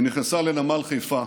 היא נכנסה לנמל חיפה.